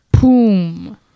boom